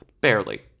Barely